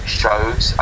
shows